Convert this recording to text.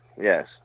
Yes